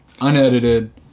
unedited